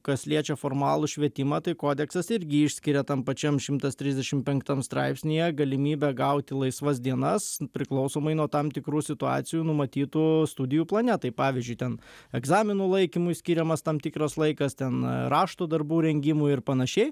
kas liečia formalų švietimą tai kodeksas irgi išskiria tam pačiam šimtas trisdešim penktam straipsnyje galimybę gauti laisvas dienas priklausomai nuo tam tikrų situacijų numatytų studijų plane tai pavyzdžiui ten egzaminų laikymui skiriamas tam tikras laikas ten rašto darbų rengimui ir panašiai